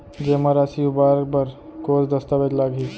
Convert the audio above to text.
जेमा राशि उबार बर कोस दस्तावेज़ लागही?